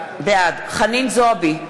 בעד חנין זועבי,